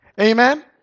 Amen